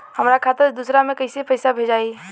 हमरा खाता से दूसरा में कैसे पैसा भेजाई?